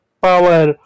power